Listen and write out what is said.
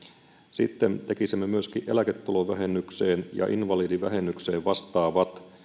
sitten tekisimme myöskin eläketulovähennykseen ja invalidivähennykseen vastaavat